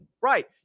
Right